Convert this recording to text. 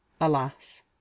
Alas